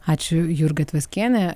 ačiū jurga tvaskienė